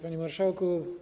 Panie Marszałku!